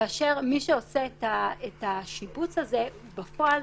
כאשר מי שעושה את השיבוץ הזה בפועל